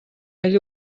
ell